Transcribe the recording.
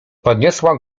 podniosła